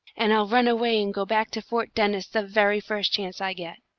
and i'll run away and go back to fort dennis the very first chance i get!